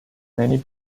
many